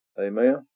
Amen